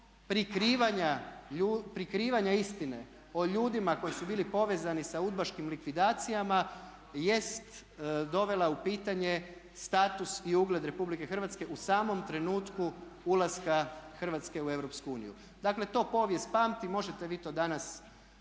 prikrivanja istine o ljudima koji su bili povezani sa udbaškim likvidacijama jest dovela u pitanje status i ugled RH u samom trenutku ulaska Hrvatske u EU. Dakle, to povijest pamti. Možete vi to danas